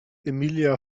emilia